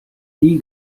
nie